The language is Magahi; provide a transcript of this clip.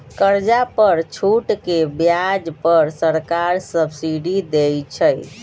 कर्जा पर छूट के ब्याज पर सरकार सब्सिडी देँइ छइ